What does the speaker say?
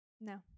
No